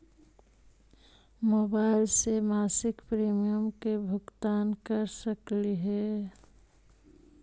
Mobile से मासिक premium के भुगतान कर सकली हे?